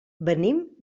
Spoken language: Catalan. venim